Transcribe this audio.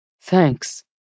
Thanks